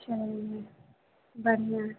चलिए बढ़िया